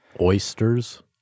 oysters